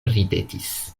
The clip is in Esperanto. ridetis